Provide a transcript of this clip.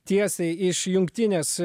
tiesiai iš jungtinės